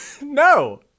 no